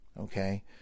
Okay